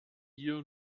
hier